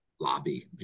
lobby